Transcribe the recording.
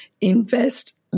invest